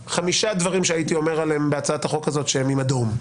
חמישה דברים בהצעת החוק הזו שהייתי אומר עליהם שהם עם אדום.